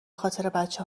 خاطربچه